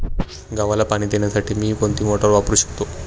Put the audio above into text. गव्हाला पाणी देण्यासाठी मी कोणती मोटार वापरू शकतो?